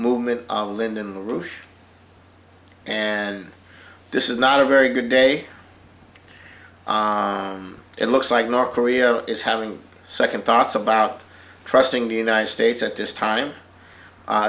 movement of lyndon la rouche and this is not a very good day it looks like north korea is having second thoughts about trusting the united states at this time